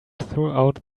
throughout